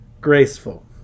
graceful